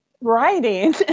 writing